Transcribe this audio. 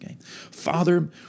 Father